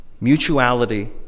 mutuality